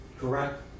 correct